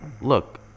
Look